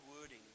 wording